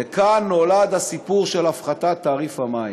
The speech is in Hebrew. וכאן נולד הסיפור של הפחתת תעריף המים.